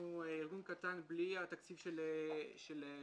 אנחנו ארגון קטן בלי התקציב של בצלם,